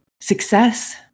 Success